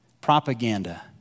Propaganda